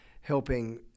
helping